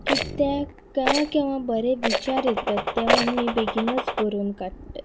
कित्याक केवा केवा बरें विचार येतत तेवा बेगीनच बरोवन काडटय